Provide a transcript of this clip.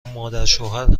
مادرشوهر